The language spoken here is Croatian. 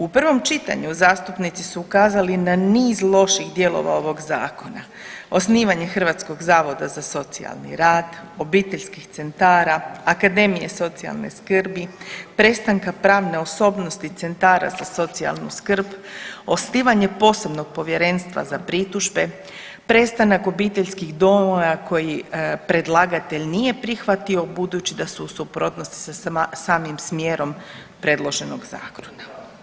U prvom čitanju zastupnici su ukazali na niz loših dijelova ovog zakona, osnivanje Hrvatskog zavoda za socijalni rad, obiteljskih centara, Akademije socijalne skrbi, prestanka pravne osobnosti centara za socijalnu skrb, osnivanje posebnog Povjerenstva za pritužbe, prestanak obiteljskih domova koji predlagatelj nije prihvatio budući da su u suprotnosti sa samim smjerom predloženog zakona.